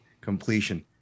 completion